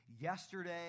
yesterday